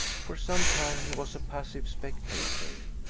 for some time he was a passive spectator.